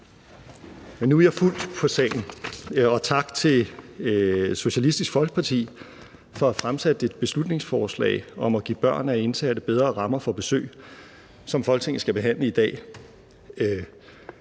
nu er jeg fuldt ud på sagen. Tak til Socialistisk Folkeparti for at have fremsat et beslutningsforslag om at give børn af indsatte bedre rammer for besøg, som Folketinget skal behandle i dag.